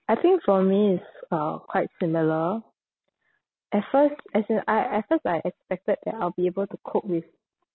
I think for me is uh quite similar at first as in I at first I expected that I'll be able to cope with